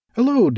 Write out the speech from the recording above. Hello